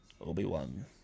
obi-wan